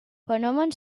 fenòmens